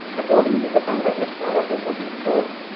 according to the bangladesh power development board,